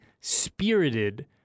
spirited